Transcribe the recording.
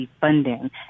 funding